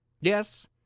Yes